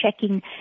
checking